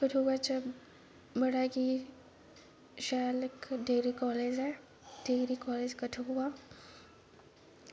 कठुआ च बड़ा की शैल डिग्री कॉलेज़ ऐ डिग्री कॉलेज़ कठुआ